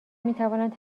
میتوانند